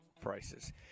Prices